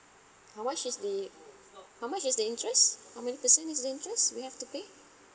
how much is the how much is the interest how many percent is the interest we have to pay